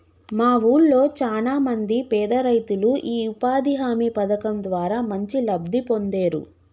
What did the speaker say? మా వూళ్ళో చానా మంది పేదరైతులు యీ ఉపాధి హామీ పథకం ద్వారా మంచి లబ్ధి పొందేరు